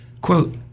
Quote